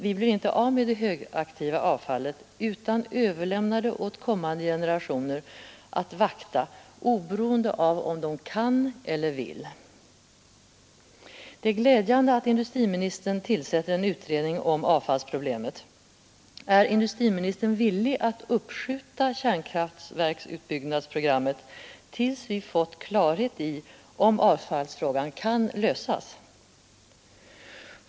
Vi blir inte av med det högaktiva avfallet utan överlämnar åt kommande generationer att vakta det, oberoende av om de kan eller vill. Det är glädjande att industriministern tillsätter en utredning om avfallsproblemet. Är industriministern villig att uppskjuta kärnkraftverksutbyggnadsprogrammet tills vi fått klarhet i om avfallsfrågan kan lösas?